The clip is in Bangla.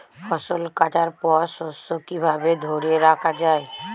ফসল কাটার পর শস্য কিভাবে ধরে রাখা য়ায়?